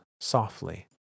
softly